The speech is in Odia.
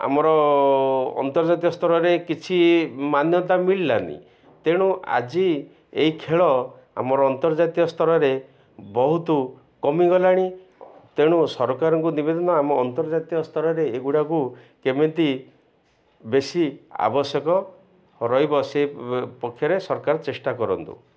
ଆମର ଅନ୍ତର୍ଜାତୀୟ ସ୍ତରରେ କିଛି ମାନ୍ୟତା ମିଳିଲାଣି ତେଣୁ ଆଜି ଏଇ ଖେଳ ଆମର ଅନ୍ତର୍ଜାତୀୟ ସ୍ତରରେ ବହୁତ କମିଗଲାଣି ତେଣୁ ସରକାରଙ୍କୁ ନିବେଦନ ଆମ ଅନ୍ତର୍ଜାତୀୟ ସ୍ତରରେ ଏଗୁଡ଼ାକୁ କେମିତି ବେଶୀ ଆବଶ୍ୟକ ରହିବ ସେ ପକ୍ଷରେ ସରକାର ଚେଷ୍ଟା କରନ୍ତୁ